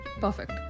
Perfect